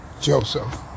Joseph